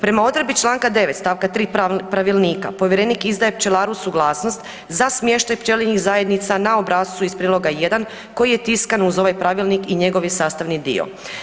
Prema odredbi čl. 9. stavka 3. Pravilnika, povjerenik izdaje pčelaru suglasnost za smještaj pčelinjih zajednica na obrascu iz Priloga 1. koji je tiskan uz ovaj pravilnik i njegov je sastavni dio.